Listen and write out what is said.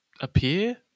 appear